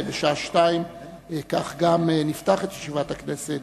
בשעה 14:00. כך גם נפתח את ישיבת הכנסת